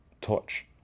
touch